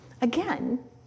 Again